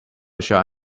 should